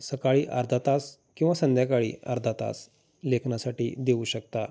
सकाळी अर्धा तास किंवा संध्याकाळी अर्धा तास लेखनासाठी देऊ शकता